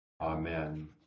Amen